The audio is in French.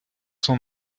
son